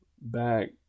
back